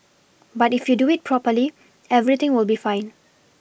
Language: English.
but if you do it properly everything will be fine